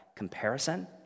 Comparison